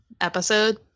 episode